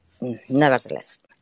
nevertheless